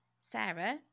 Sarah